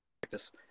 practice